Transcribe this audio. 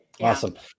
Awesome